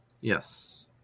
Yes